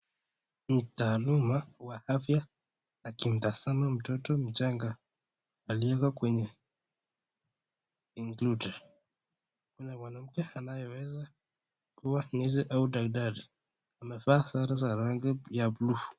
Mtaaluma wa afya akimtazama mtoto mchanga aliyewekwa kwenye (cs) includer (cs). Ni mwanamke anyaeweza kuwa nesi au daktari. Amevaa sare za rangi ya buluu.